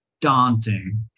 daunting